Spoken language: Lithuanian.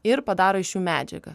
ir padaro iš jų medžiagą